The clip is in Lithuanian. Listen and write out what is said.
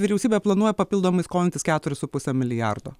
vyriausybė planuoja papildomai skolintis keturis su puse milijardo